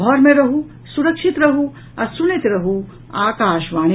घर मे रहू सुरक्षित रहू आ सुनैत रहू आकाशवाणी